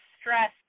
stress